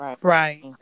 Right